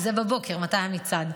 זה בבוקר, מתי המצעד?